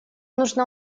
нужна